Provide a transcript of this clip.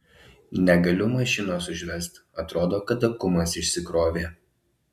negaliu mašinos užvest atrodo kad akumas išsikrovė